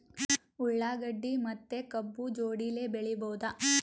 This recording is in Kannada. ಉಳ್ಳಾಗಡ್ಡಿ ಮತ್ತೆ ಕಬ್ಬು ಜೋಡಿಲೆ ಬೆಳಿ ಬಹುದಾ?